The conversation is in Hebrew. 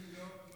לא נגמר לך הזמן?